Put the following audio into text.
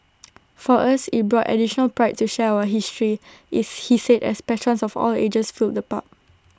for us IT brought additional pride to share our history is he said as patrons of all ages filled the pub